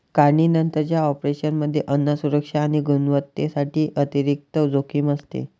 काढणीनंतरच्या ऑपरेशनमध्ये अन्न सुरक्षा आणि गुणवत्तेसाठी अतिरिक्त जोखीम असते